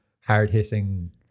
hard-hitting